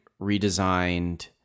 redesigned